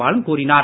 பாலன் கூறினார்